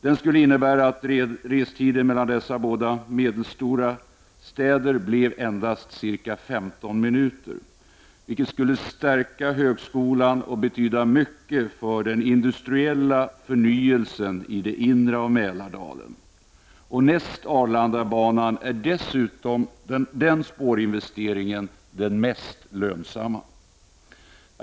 Den skulle innebära att restiden mellan dessa båda medelstora städer blev endast ca 15 minuter, vilket skulle stärka högskolan och betyda mycket för den industriella förnyelsen i det inre av Mälardalen. Och näst Arlandabanan är dessutom den spårinvesteringen den mest lönsamma.